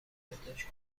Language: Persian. یادداشت